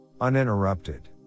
uninterrupted